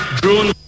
drone